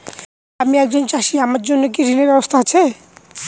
আমি একজন চাষী আমার জন্য কি ঋণের ব্যবস্থা আছে?